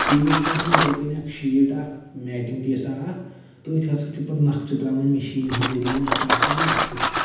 پیٖس چھُ آسان یِتھٕے کٔنۍ شیٖٹ اَکھ میٹِنٛگ پیٖسا اَکھ تٔتھۍ ہسا چھِ پَتہٕ نَقشہٕ ترٛاوان مِشیٖنہِ ہٕنٛدۍ ذٔریعہِ یا کانٛہہ چھُ ترٛاوان اَتھٕ سۭتۍ تہِ